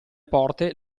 porte